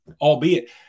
albeit